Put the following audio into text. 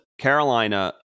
Carolina